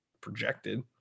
projected